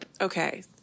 okay